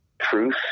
truth